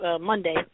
Monday